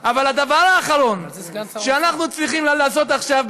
אבל הדבר האחרון שאנחנו צריכים לעשות עכשיו,